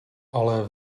ale